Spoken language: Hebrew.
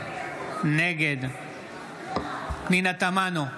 נגד פנינה תמנו,